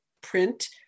print